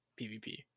PvP